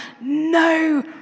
no